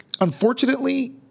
unfortunately